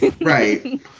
Right